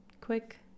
quick